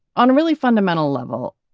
on a really fundamental level.